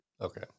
Okay